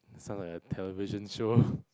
sound like a television show